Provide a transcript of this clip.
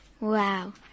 Wow